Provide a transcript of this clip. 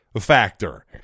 factor